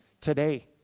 today